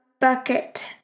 Bucket